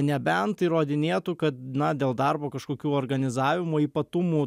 nebent įrodinėtų kad na dėl darbo kažkokių organizavimo ypatumų